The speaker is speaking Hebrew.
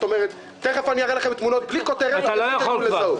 התחלתי לדבר איתו, ואני אמשיך לדבר על העניין הזה.